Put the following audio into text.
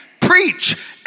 preach